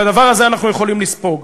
את הדבר הזה אנחנו יכולים לספוג.